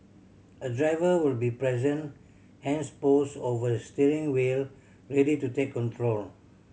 a driver will be present hands poised over the steering wheel ready to take control